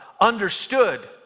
understood